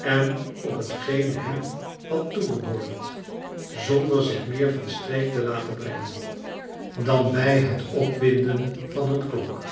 en op hetgeen hem had toebehoord zonder zlch meer van streek te laten brengen dan bij het opwinden van een klok